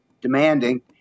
demanding